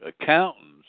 accountants